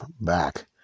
back